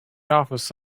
office